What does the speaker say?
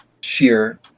sheer